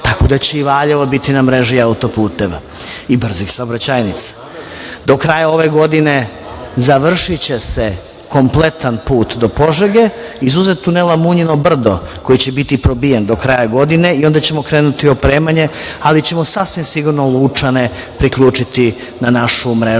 tako da će i Valjevo biti na mreži auto puteva i brzih saobraćajnica. Do kraja ove godine završiće se kompletan put do Požege, izuzev Tunela Munjino brdo, koje će biti probijen do kraja godine i onda ćemo krenuti u opremanje, ali ćemo sasvim sigurno Lučane, priključiti na našu mrežu